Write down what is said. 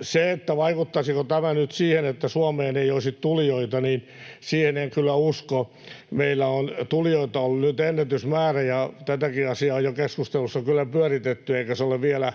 Se, vaikuttaisiko tämä nyt siihen, että Suomeen ei olisi tulijoita: Siihen en kyllä usko. Meillä on tulijoita ollut nyt ennätysmäärä — ja tätäkin asiaa jo keskustelussa on kyllä pyöritetty — eikä se ole vielä